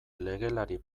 legelari